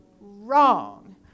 wrong